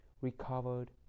recovered